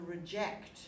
reject